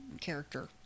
character